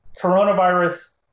Coronavirus